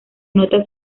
nota